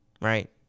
Right